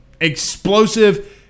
explosive